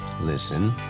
listen